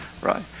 right